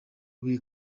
buye